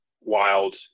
wild